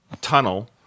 tunnel